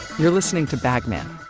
you're listening to bag man.